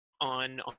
on